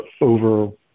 over